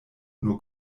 nur